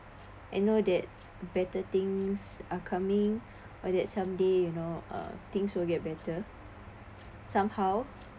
and know that better things are coming are that someday you know uh things will get better somehow